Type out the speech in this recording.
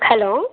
hello